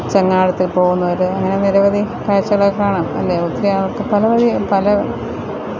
ചങ്ങാടത്തില് പോകുന്നവർ അങ്ങനെ നിരവധി കാഴ്ചകളൊക്കെ കാണാം അല്ലെ ഒത്തിരിയാള്ക്ക് പല വഴി പല